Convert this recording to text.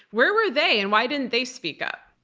where were they, and why didn't they speak up?